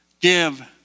give